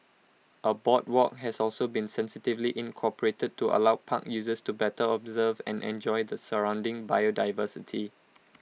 A boardwalk has also been sensitively incorporated to allow park users to better observe and enjoy the surrounding biodiversity